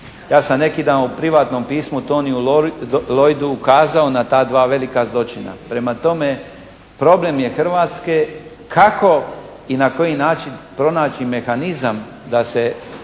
Ja sam neki dan u privatnom pismu Tonyu Loydu ukazao na ta dva velika zločina. Prema tome problem je Hrvatske kako i na koji način pronaći mehanizam da se